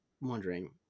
wondering